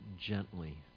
gently